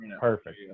perfect